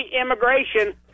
immigration